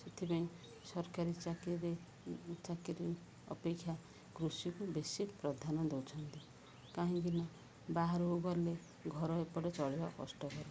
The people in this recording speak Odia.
ସେଥିପାଇଁ ସରକାରୀ ଚାକିରିରେ ଚାକିରି ଅପେକ୍ଷା କୃଷିକୁ ବେଶୀ ପ୍ରଧାନ ଦେଉଛନ୍ତି କାହିଁକି ନା ବାହାରକୁ ଗଲେ ଘର ଏପଟେ ଚଳିବା କଷ୍ଟକର